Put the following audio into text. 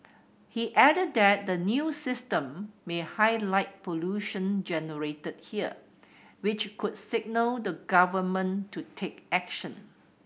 he added that the new system may highlight pollution generated here which could signal the Government to take action